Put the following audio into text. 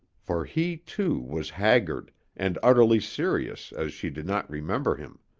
for he, too, was haggard and utterly serious as she did not remember him.